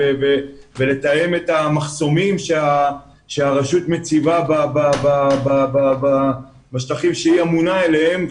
ולתאם את המחסומים שהרשות מציבה בשטחים שהיא אמונה עליהם,